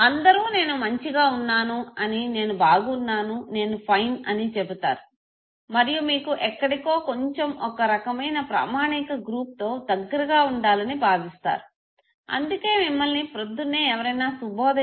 అందరూ నేను మంచిగా ఉన్నాను అని నేను బాగున్నాను నేను ఫైన్ అని చెబుతారు మరియు మీకు ఎక్కడికో కొంచం ఆ రకమైన ప్రామాణిక గ్రూప్ తో దగ్గరగా ఉండాలని భావిస్తారు అందుకే మిమ్మలిని ప్రొద్దున్నే ఎవరైనా శుభోదయం